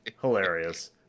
hilarious